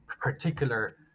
particular